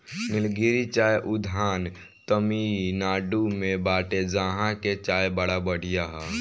निलगिरी चाय उद्यान तमिनाडु में बाटे जहां के चाय बड़ा बढ़िया हअ